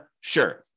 Sure